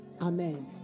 Amen